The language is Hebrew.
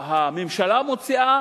שהממשלה מוציאה,